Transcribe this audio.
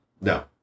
No